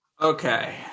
okay